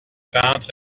peintre